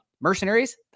mercenaries